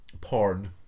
porn